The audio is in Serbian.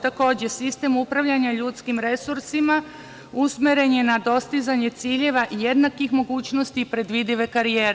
Takođe, sistem upravljanja ljudskim resursima usmeren je na dostizanje ciljeva jednakih mogućnosti i predvidive karijere.